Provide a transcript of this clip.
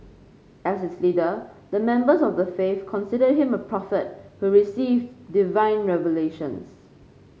as its leader the members of the faith considered him a prophet who received divine revelations